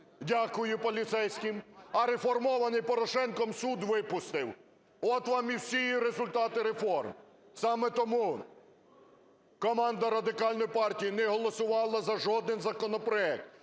(дякую поліцейським), а реформований Порошенком суд випустив. От вам і всі результати реформ! Саме тому команда Радикальної партії не голосувала за жоден законопроект,